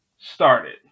started